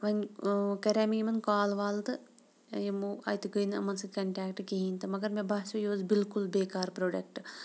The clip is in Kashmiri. وۄنۍ کَرے مےٚ یِمَن کال وال تہٕ یِمو اَتہِ گٔیٚے نہٕ یِمَن سۭتۍ کَنٹیکٹ کِہیٖنۍ تہٕ مگر مےٚ باسیٚو یہِ اوس بالکل تہِ بیکار پرٛوڈَکٹ